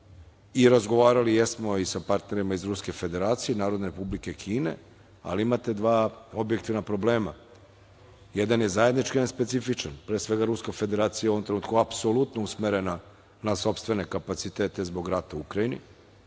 SAD.Razgovarali smo i sa partnerima iz Ruske Federacije, Narodne Republike Kine, ali imate dva objektivna problema. Jedan je zajednički, a jedan je specifičan. Pre svega, Ruska Federacija je u ovom trenutku usmerena na sopstvene kapacitete zbog rata u Ukrajini